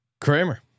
Kramer